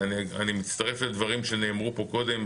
אני מצטרף לדברים שנאמרו פה קודם,